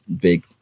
big